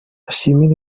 ashimira